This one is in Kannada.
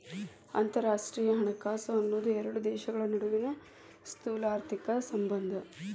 ಅಂತರರಾಷ್ಟ್ರೇಯ ಹಣಕಾಸು ಅನ್ನೋದ್ ಎರಡು ದೇಶಗಳ ನಡುವಿನ್ ಸ್ಥೂಲಆರ್ಥಿಕ ಸಂಬಂಧ